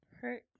hurt